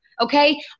okay